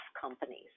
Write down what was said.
companies